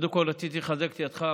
קודם כול רציתי לחזק את ידך,